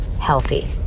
healthy